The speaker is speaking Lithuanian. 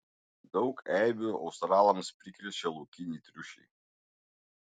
daug eibių australams prikrečia laukiniai triušiai